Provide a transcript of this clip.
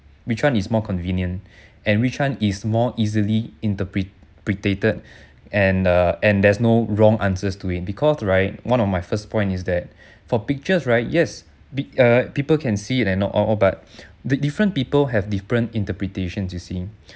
which one is more convenient and which one is more easily interpre~ ~pretated and err and there's no wrong answers to it because right one of my first point is that for pictures right yes err people can see it and not all but the different people have different interpretations you see